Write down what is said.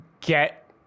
get